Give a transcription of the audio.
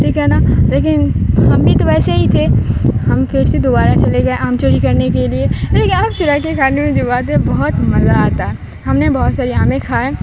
ٹھیک ہے نا لیکن ہم بھی تو ویسے ہی تھے ہم پھر سے دوبارہ چلے گئے آم چوری کرنے کے لیے لے کے آپ چوری کر کے کھانے میں جو بات ہے بہت مزہ آتا ہے ہم نے بہت ساری آمیں کھائیں